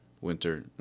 winter